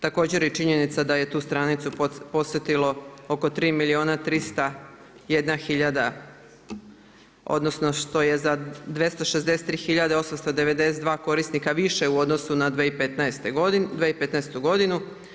Također je činjenica da je tu stranicu posetilo oko 3 milijona 301 hiljada, odnosno što je za 263 892 korisnika više u odnosu na 2015. godinu.